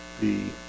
the